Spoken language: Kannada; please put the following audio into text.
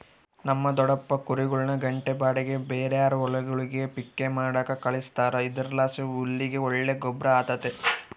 ನಮ್ ದೊಡಪ್ಪ ಕುರಿಗುಳ್ನ ಗಂಟೆ ಬಾಡಿಗ್ಗೆ ಬೇರೇರ್ ಹೊಲಗುಳ್ಗೆ ಪಿಕ್ಕೆ ಮಾಡಾಕ ಕಳಿಸ್ತಾರ ಇದರ್ಲಾಸಿ ಹುಲ್ಲಿಗೆ ಒಳ್ಳೆ ಗೊಬ್ರ ಆತತೆ